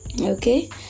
okay